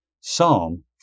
Psalm